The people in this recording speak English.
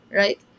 right